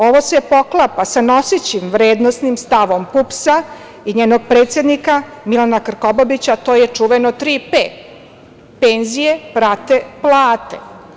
Ovo se poklapa sa nosećim vrednosnim stavom PUPS-a i njenog predsednika Milana Krkobabića, a to je čuveno 3P – penzije prate plate.